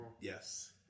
Yes